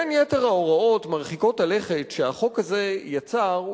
בין יתר ההוראות מרחיקות הלכת שהחוק הזה יצר,